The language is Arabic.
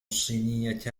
الصينية